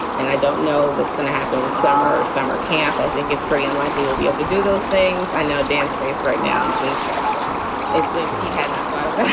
and i don't know what's going to happen with summer or summer camp. i think it's pretty unlikely we'll be able to do those things. i know dance space right now, just as if we hadn't thought of,